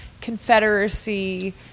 confederacy